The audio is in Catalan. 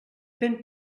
ben